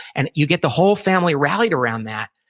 and you get the whole family rallied around that,